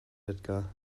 edgar